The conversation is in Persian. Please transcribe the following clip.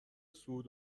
صعود